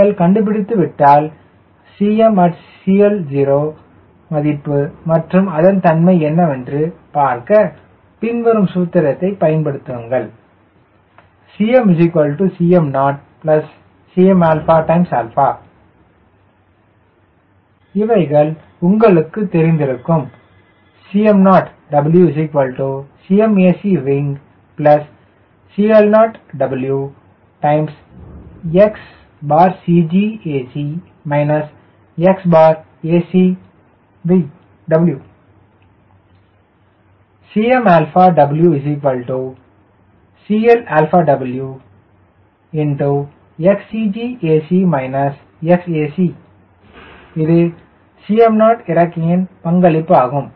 நீங்கள் கண்டுபிடித்துவிட்டால் at CL 0 மதிப்பு மற்றும் அதன் தன்மை என்னவென்று பார்க்க பின்வரும் சூத்திரத்தை பயன்படுத்துங்கள் Cm Cm0 Cm இவைகள் உங்களுக்கு தெரிந்திருக்கும் W W CL0WXCGac XacW W CLW XCGac XacW இந்த Cm0 இறக்கையின் பங்களிப்பு ஆகும்